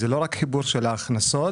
זה לא רק חיבור שלא ההכנסות,